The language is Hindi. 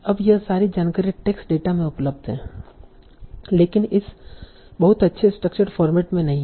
अब यह सारी जानकारी टेक्स्ट डेटा में उपलब्ध है लेकिन इस बहुत अच्छे स्ट्रक्चर्ड फॉर्मेट में नहीं है